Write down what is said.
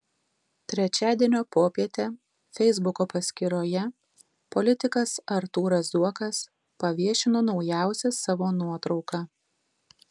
trečiadienio popietę feisbuko paskyroje politikas artūras zuokas paviešino naujausią savo nuotrauką